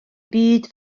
byd